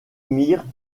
mirent